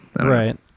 Right